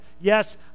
Yes